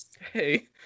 hey